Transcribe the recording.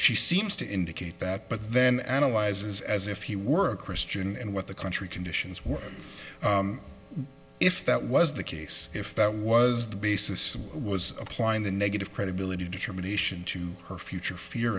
she seems to indicate that but then analyzes as if he were a christian and what the country conditions were if that was the case if that was the basis was applying the negative credibility determination to her future fear